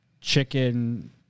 chicken